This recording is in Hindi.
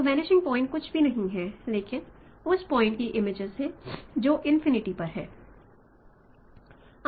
तो वनिषिंग पॉइंटस कुछ भी नहीं हैं लेकिन उन पॉइंटस की इमेजेस हैं जो इन्फाईनाइट पर हैं